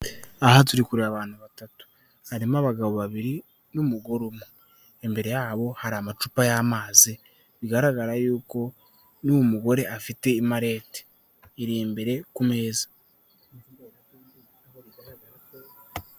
Aha turi kureba abana batatu harimo abagabo babiri n'umugore umwe. Imbere yabo hari amacupa y'amazi bigaragara yuko n'uyu mugore afite imalete, iri imbere ku meza.